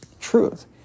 truth